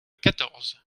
quatorze